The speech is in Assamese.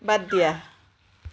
বাদ দিয়া